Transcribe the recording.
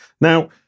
Now